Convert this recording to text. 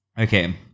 Okay